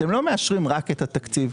אתם לא מאשרים רק את התקציב.